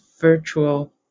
virtual